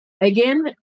Again